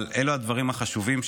אבל אלו הדברים החשובים,